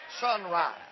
sunrise